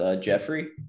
Jeffrey